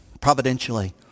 providentially